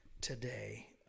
today